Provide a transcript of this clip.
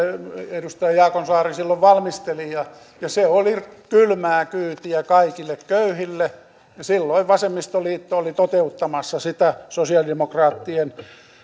edustaja jaakonsaari silloin valmisteli ja se oli kylmää kyytiä kaikille köyhille ja silloin vasemmistoliitto oli toteuttamassa sitä sosialidemokraattien